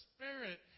Spirit